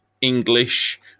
English